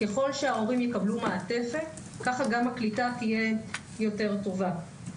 ככל שההורים יקבלו מעטפת כך הקליטה תהיה יותר טובה.